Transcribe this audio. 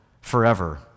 forever